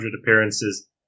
appearances